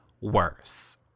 worse